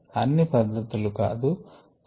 అన్ని పద్ధతులు కాదు కొన్ని